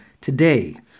today